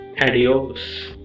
adios